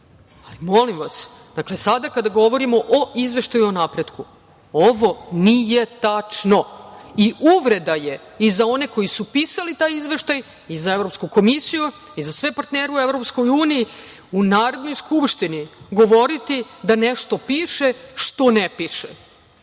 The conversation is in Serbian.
pojačamo. Molim vas, dakle, sada kada govorimo o Izveštaju o napretku, ovo nije tačno i uvreda i za one koji su pisali taj izveštaj i za Evropsku komisiju i za sve partnere u EU u Narodnoj skupštini govoriti da nešto piše što ne piše.